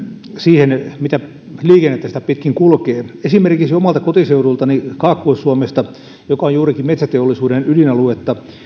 siihen nähden mitä liikennettä sitä pitkin kulkee riittävän tasoinen ja hyväkuntoinen esimerkiksi omalla kotiseudullani kaakkois suomessa joka on juurikin metsäteollisuuden ydinaluetta